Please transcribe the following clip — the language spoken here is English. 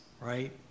right